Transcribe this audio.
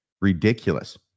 ridiculous